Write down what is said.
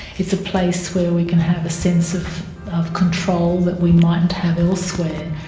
it's a place where we can have a sense of of control that we mightn't have elsewhere,